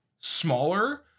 smaller